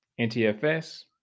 NTFS